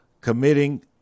committing